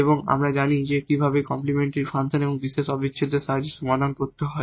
এবং আমরা জানি যে কিভাবে এই কমপ্লিমেন্টরি ফাংশন এবং পার্টিকুলার ইন্টিগ্রালের সাহায্যে সমাধান করতে হয়